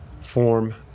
form